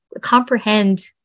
comprehend